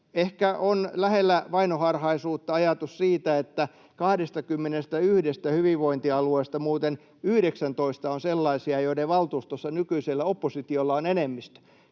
Ehkä on lähellä vainoharhaisuutta ajatus siitä, että muuten 21 hyvinvointialueesta 19 on sellaisia, joiden valtuustossa nykyisellä oppositiolla on enemmistö.